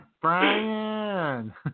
Brian